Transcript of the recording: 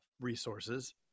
resources